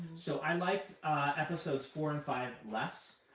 so i liked episodes four and five less.